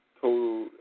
total